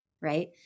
right